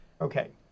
Okay